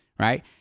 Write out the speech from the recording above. Right